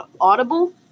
Audible